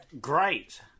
great